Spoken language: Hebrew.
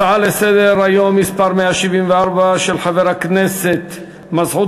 הצעה לסדר-היום מס' 174 של חבר הכנסת מסעוד